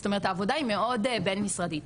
זאת אומרת העבודה היא מאוד בין משרדית.